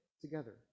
together